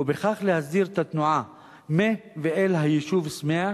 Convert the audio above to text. ובכלל הסדיר את התנועה אל ומהיישוב סמיע.